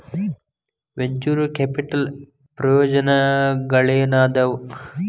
venture capital ಪ್ರಯೋಜನಗಳೇನಾದವ